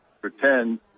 pretend